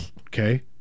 Okay